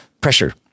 pressure